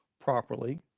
properly